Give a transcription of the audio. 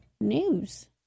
news